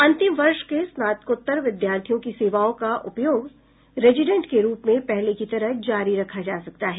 अंतिम वर्ष के स्नातकोत्तर विद्यार्थियों की सेवाओं का उपयोग रेजिडेंट के रूप में पहले की तरह जारी रखा जा सकता है